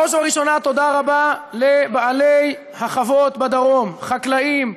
בראש ובראשונה תודה רבה לבעלי החוות בדרום: חקלאים,